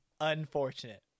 Unfortunate